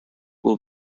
will